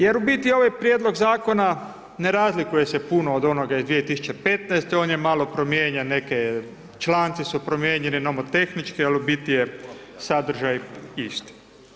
Jer u biti ovaj prijedlog Zakona ne razlikuje se puno od onog iz 2015.-te, on je malo promijenjen, neke, članci su promijenjeni, nomotehničke, ali u biti je sadržaj isti.